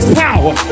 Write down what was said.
power